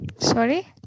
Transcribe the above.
Sorry